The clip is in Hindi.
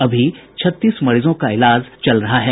अभी छत्तीस मरीजों का इलाज चल रहा है